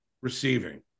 receiving